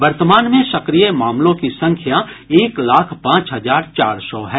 वर्तमान में सक्रिय मामलों की संख्या एक लाख पांच हजार चार सौ है